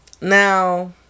Now